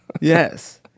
Yes